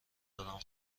آدم